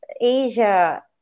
Asia